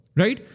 right